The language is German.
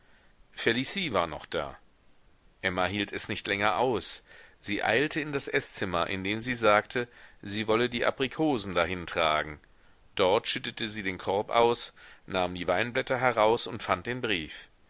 felicie war noch da emma hielt es nicht länger aus sie eilte in das eßzimmer indem sie sagte sie wolle die aprikosen dahin tragen dort schüttete sie den korb aus nahm die weinblätter heraus und fand den brief